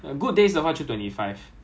乖乖 queue up can already you